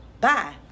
Bye